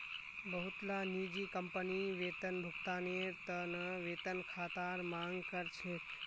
बहुतला निजी कंपनी वेतन भुगतानेर त न वेतन खातार मांग कर छेक